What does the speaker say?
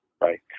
right